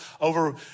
over